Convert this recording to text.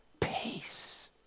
Peace